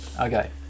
Okay